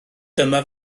dyma